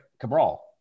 Cabral